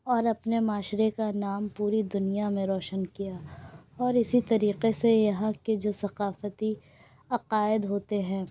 اور اپنے معاشرے کا نام پوری دنیا میں روشن کیا اور اسی طریقے سے یہاں کے جو ثقافتی عقائد ہوتے ہیں